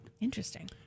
Interesting